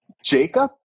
Jacob